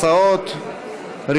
11041,